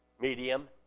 Medium